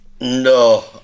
No